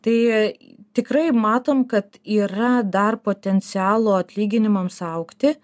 tai tikrai matom kad yra dar potencialo atlyginimams augti